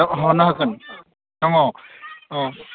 ल'नआव होगोन ना माव अ